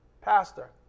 pastor